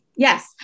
Yes